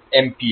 तो